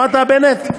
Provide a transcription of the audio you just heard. שמעת, בנט?